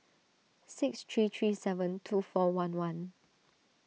six three three seven two four one one